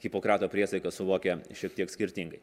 hipokrato priesaiką suvokia šiek tiek skirtingai